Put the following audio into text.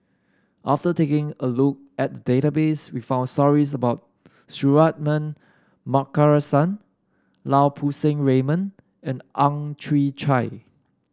after taking a look at the database we found stories about Suratman Markasan Lau Poo Seng Raymond and Ang Chwee Chai